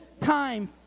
time